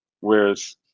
whereas